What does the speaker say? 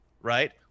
right